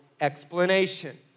explanation